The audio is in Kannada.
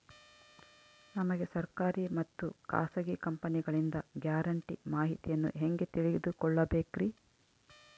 ನಮಗೆ ಸರ್ಕಾರಿ ಮತ್ತು ಖಾಸಗಿ ಕಂಪನಿಗಳಿಂದ ಗ್ಯಾರಂಟಿ ಮಾಹಿತಿಯನ್ನು ಹೆಂಗೆ ತಿಳಿದುಕೊಳ್ಳಬೇಕ್ರಿ?